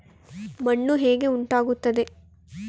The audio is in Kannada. ಮಣ್ಣು ಹೇಗೆ ಉಂಟಾಗುತ್ತದೆ?